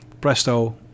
presto